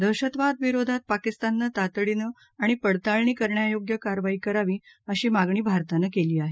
दहशतवादाविरोधात पाकिस्ताननं तातडीनं आणि पडताळणी करण्यायोग्य कारवाई करावी अशी मागणी भारतानं केली आहे